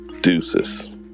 deuces